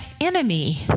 enemy